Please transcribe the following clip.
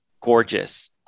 gorgeous